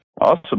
Awesome